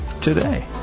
today